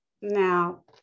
now